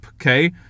okay